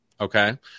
Okay